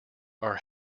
are